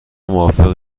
موافق